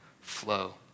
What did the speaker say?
flow